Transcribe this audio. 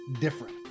different